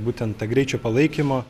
būtent tą greičio palaikymą